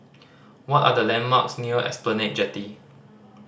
what are the landmarks near Esplanade Jetty